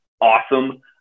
awesome